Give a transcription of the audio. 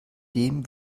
dem